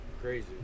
Crazy